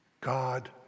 God